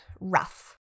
rough